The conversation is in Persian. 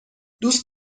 دوست